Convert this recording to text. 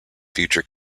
future